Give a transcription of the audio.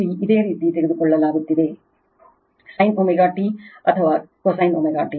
ಇಲ್ಲಿ ಇದೇ ರೀತಿ ತೆಗೆದುಕೊಳ್ಳಲಾಗುತ್ತಿದೆ sin ωt ಅಥವಾ cosine ωt